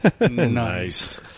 Nice